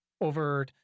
over